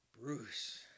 Bruce